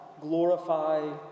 glorify